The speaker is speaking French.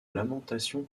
lamentation